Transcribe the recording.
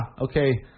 okay